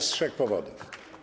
Z trzech powodów.